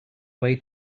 away